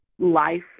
life